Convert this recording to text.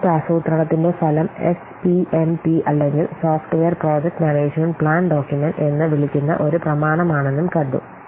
project ആസൂത്രണത്തിന്റെ ഫലം SPMP അല്ലെങ്കിൽ software project management plan document എന്ന് വിളിക്കുന്ന ഒരു പ്രമാണമാണെന്നും കണ്ടു